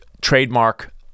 trademark